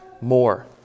more